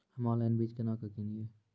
हम्मे ऑनलाइन बीज केना के किनयैय?